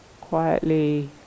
quietly